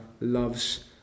loves